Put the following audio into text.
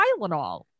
Tylenol